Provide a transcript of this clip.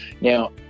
Now